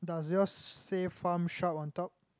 does yours say Farm Shop on top